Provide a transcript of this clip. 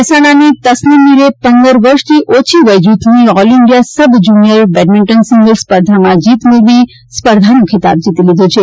મહેસાણાની તસનીમ મીરે પંદર વર્ષથી ઓછી વય જૂથની all India sub junior badminton singles સ્પર્ધામાં જીત મેળવી સ્પર્ધાનો ખિતાબ જીતી લીધો છે